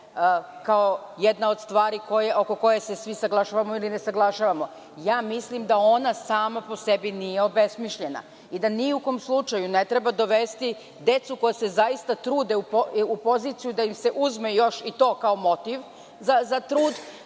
kao jedna od stvari oko koje se svi saglašavamo ili ne saglašavamo. Mislim da ona sama po sebi nije obesmišljena i da ni u kom slučaju ne treba dovesti decu, koja se zaista trude, u poziciju da im se uzme još i to kao motiv za trud